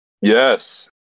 yes